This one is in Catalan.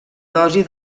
dosi